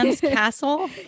Castle